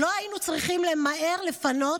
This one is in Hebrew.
לא היינו צריכים למהר לפנות,